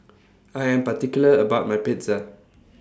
I Am particular about My Pizza